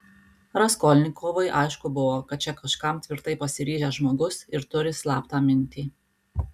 raskolnikovui aišku buvo kad čia kažkam tvirtai pasiryžęs žmogus ir turi slaptą mintį